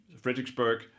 Fredericksburg